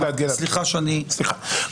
סליחה שאני --- גלעד,